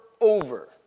over